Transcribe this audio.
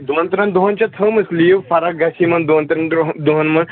دۄن ترٛٮ۪ن دۄہَن چھےٚ تھٲمٕژ لیٖو فرق گژھِ یِمَن دۄن ترٛٮ۪ن دۄہَن منٛز